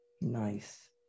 Nice